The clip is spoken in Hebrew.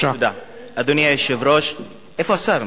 אדוני היושב-ראש, איפה השר?